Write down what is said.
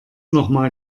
nochmal